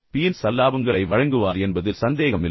பியின் சல்லாபங்களை வழங்குவார் என்பதில் சந்தேகமில்லை